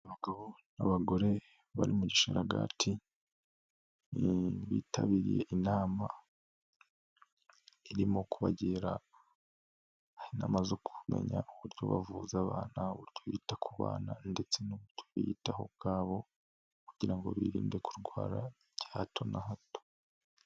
Abagabo n'abagore bari mu gisharagati bitabiriye inama. Irimo kubagira inama zo kumenya uburyo bavuza abana, bita ku bana ndetse no uburyo biyitaho ubwabo kugira ngo birinde kurwara bya hato na hato.